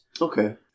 Okay